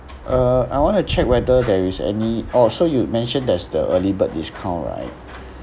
uh I want to check whether there is any orh so you mentioned there's the early bird discount right